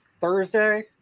Thursday